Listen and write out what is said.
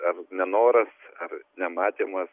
ar nenoras ar nematymas